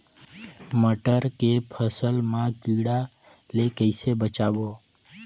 मटर के फसल मा कीड़ा ले कइसे बचाबो?